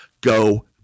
Go